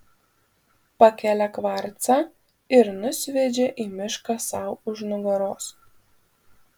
pakelia kvarcą ir nusviedžia į mišką sau už nugaros